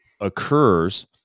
occurs